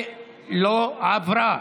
14 לא עברה.